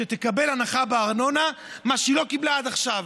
שתקבל הנחה בארנונה שהיא לא קיבלה עד עכשיו.